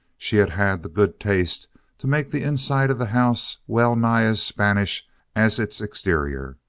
she had had the good taste to make the inside of the house well-nigh as spanish as its exterior.